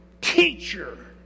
teacher